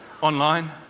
Online